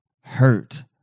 hurt